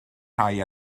tai